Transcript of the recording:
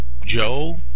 Joe